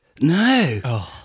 no